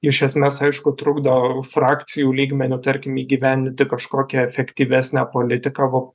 iš esmės aišku trukdo frakcijų lygmeniu tarkim įgyvendinti kažkokią efektyvesnę politiką va